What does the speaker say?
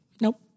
Nope